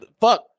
fuck